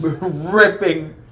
ripping